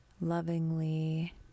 lovingly